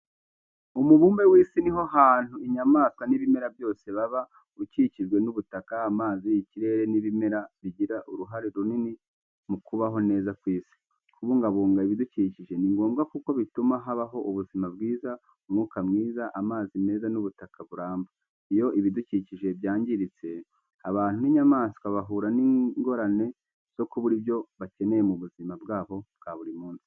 Umubumbe w’isi ni aho abantu, inyamaswa n’ibimera byose baba. Ukikijwe n’ubutaka, amazi, ikirere n’ibimera bigira uruhare runini mu kubaho neza kw’isi. Kubungabunga ibidukikije ni ngombwa kuko bituma habaho ubuzima bwiza, umwuka mwiza, amazi meza n’ubutaka buramba. Iyo ibidukikije byangiritse, abantu n’inyamaswa bahura n’ingorane zo kubura ibyo bakeneye mu buzima bwabo bwa buri munsi.